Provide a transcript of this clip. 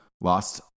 lost